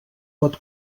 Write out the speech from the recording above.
pot